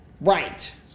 Right